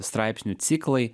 straipsnių ciklai